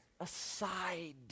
aside